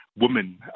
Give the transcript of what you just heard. women